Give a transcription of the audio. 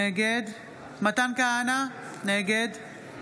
נגד מתן כהנא, נגד